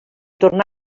tornar